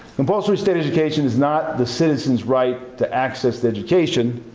compulsory state education is not the citizen's right to access education,